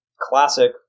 classic